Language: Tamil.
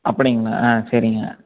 அப்படிங்களா ஆ சரிங்க